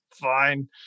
fine